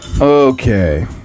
okay